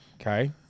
okay